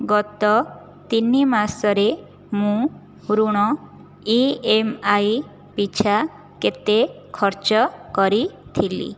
ଗତ ତିନି ମାସରେ ମୁଁ ଋଣ ଇ ଏମ୍ ଆଇ ପିଛା କେତେ ଖର୍ଚ୍ଚ କରିଥିଲି